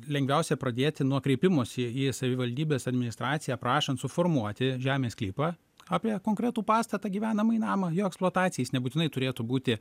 lengviausia pradėti nuo kreipimosi į savivaldybės administraciją prašant suformuoti žemės sklypą apie konkretų pastatą gyvenamąjį namą jo eksploatacijai nebūtinai turėtų būti